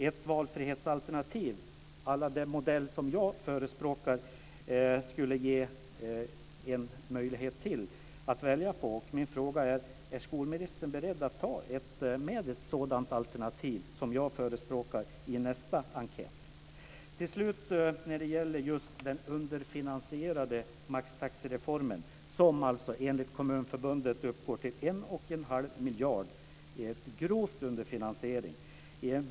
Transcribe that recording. Ett valfrihetsalternativ à la den modell som jag förespråkar skulle ge ytterligare en möjlighet att välja på. Min fråga är: Är skolministern beredd att ta med ett sådant alternativ som jag förespråkar i nästa enkät? Till slut vill jag återigen ta upp underfinansieringen i maxtaxereformen, som enligt Kommunförbundet alltså uppgår till 1 1⁄2 miljard. Det är en grov underfinansiering.